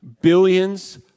billions